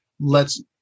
lets